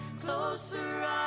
closer